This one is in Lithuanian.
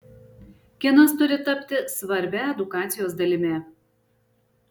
kinas turi tapti svarbia edukacijos dalimi